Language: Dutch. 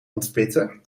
ontpitten